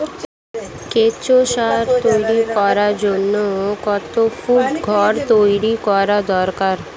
কেঁচো সার তৈরি করার জন্য কত ফুট ঘর তৈরি করা দরকার?